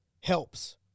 helps